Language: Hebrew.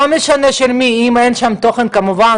לא משנה של מי כל עוד אין בו תוכן פוגעני